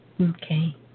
Okay